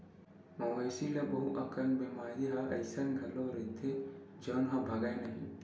मवेशी ल बहुत अकन बेमारी ह अइसन घलो रहिथे जउन ह बगरय नहिं